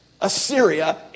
Assyria